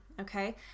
okay